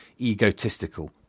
egotistical